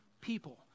people